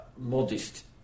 modest